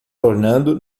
tornando